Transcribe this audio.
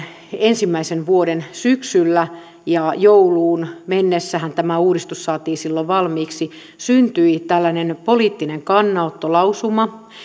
ensimmäisen vuoden syksyllä ja jouluun mennessähän tämä uudistus saatiin silloin valmiiksi syntyi tällainen poliittinen kannanottolausuma